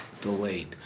delayed